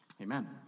Amen